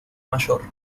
mayor